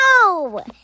No